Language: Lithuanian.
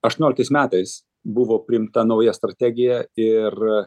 aštuonioliktais metais buvo priimta nauja strategija ir